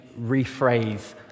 rephrase